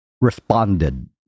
responded